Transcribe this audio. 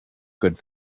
good